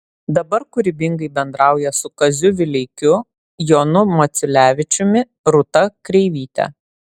dabar kūrybingai bendrauja su kaziu vileikiu jonu maciulevičiumi rūta kreivyte